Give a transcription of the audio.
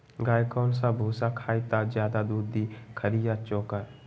गाय कौन सा भूसा खाई त ज्यादा दूध दी खरी या चोकर?